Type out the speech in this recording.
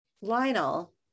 Lionel